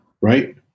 Right